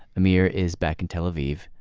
amir is back in tel aviv.